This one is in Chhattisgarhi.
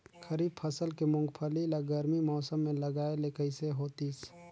खरीफ फसल के मुंगफली ला गरमी मौसम मे लगाय ले कइसे होतिस?